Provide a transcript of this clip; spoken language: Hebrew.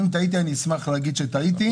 אשמח לומר שטעיתי.